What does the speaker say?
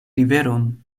riveron